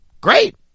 great